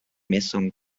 messung